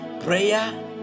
prayer